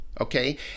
okay